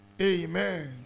Amen